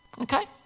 okay